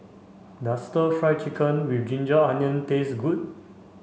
does stir fried chicken with ginger onion taste good